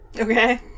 Okay